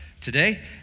today